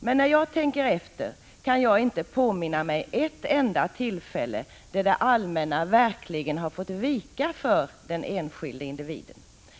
Men när jag tänker efter kan jag inte påminna mig ett enda tillfälle där det allmänna verkligen har fått vika för den enskilde.